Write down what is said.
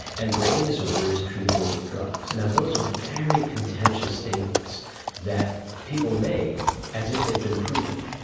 and brain disorder is treatable with drugs. now, those are very contentious statements that people make as if they'd been proven.